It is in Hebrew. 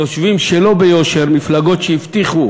יושבות שלא ביושר מפלגות שהבטיחו